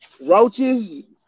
Roaches